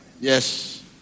Yes